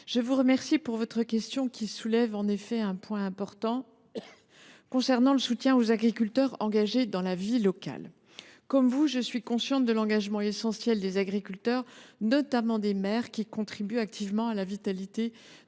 je vous remercie de votre question. Vous soulevez un point important concernant le soutien aux agriculteurs engagés dans la vie locale. Comme vous, je suis consciente de l’engagement essentiel des agriculteurs, notamment des maires, qui contribuent activement à la vitalité